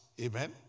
Amen